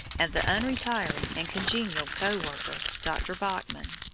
and the untiring and congenial co-worker, dr. bachman.